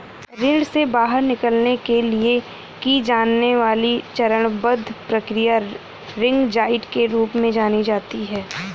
ऋण से बाहर निकलने के लिए की जाने वाली चरणबद्ध प्रक्रिया रिंग डाइट के रूप में जानी जाती है